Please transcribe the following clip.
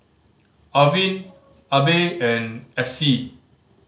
Arvin Abe and Epsie